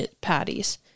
patties